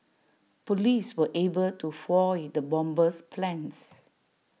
Police were able to foil the bomber's plans